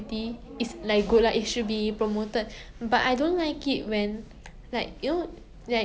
but it's not good if you like 拉一个人下去 just to like you know go up yourself